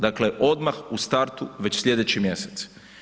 Dakle, odmah u startu već sljedeći mjesec.